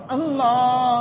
Allah